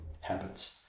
habits